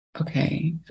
Okay